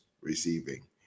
receiving